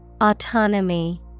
Autonomy